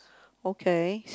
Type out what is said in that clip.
okay